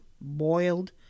boiled